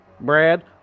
Brad